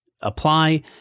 apply